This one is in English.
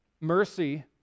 mercy